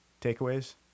takeaways